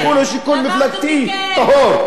והשיקול הוא שיקול מפלגתי טהור.